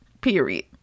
period